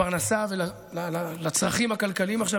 לפרנסה ולצרכים הכלכליים עכשיו.